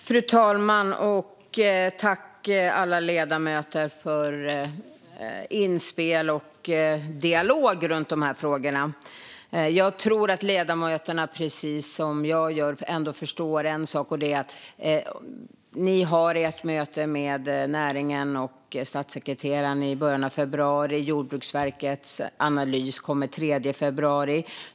Fru talman! Tack, alla ledamöter, för inspel och dialog om de här frågorna! Jag tror att ledamöterna, precis som jag gör, ändå förstår en sak. Ni har ert möte med näringen och statssekreteraren i början av februari. Jordbruksverkets analys kommer den 3 februari.